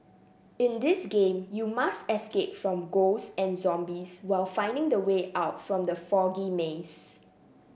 in this game you must escape from ghosts and zombies while finding the way out from the foggy maze